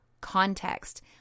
context